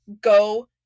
Go